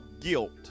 guilt